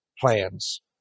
plans